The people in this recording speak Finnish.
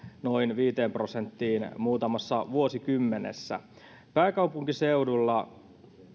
noin viiteen prosenttiin muutamassa vuosikymmenessä pääkaupunkiseudulla